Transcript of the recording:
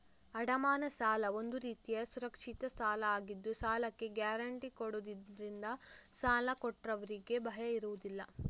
ಅಡಮಾನ ಸಾಲ ಒಂದು ರೀತಿಯ ಸುರಕ್ಷಿತ ಸಾಲ ಆಗಿದ್ದು ಸಾಲಕ್ಕೆ ಗ್ಯಾರಂಟಿ ಕೊಡುದ್ರಿಂದ ಸಾಲ ಕೊಟ್ಟವ್ರಿಗೆ ಭಯ ಇರುದಿಲ್ಲ